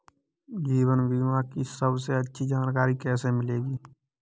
जीवन बीमा की सबसे अच्छी जानकारी कैसे मिलेगी?